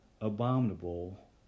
abominable